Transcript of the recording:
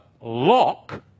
lock